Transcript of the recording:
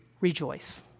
Rejoice